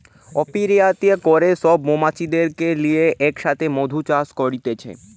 অপিয়ারীতে করে সব মৌমাছিদেরকে লিয়ে এক সাথে মধু চাষ করতিছে